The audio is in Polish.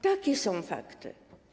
Takie są fakty.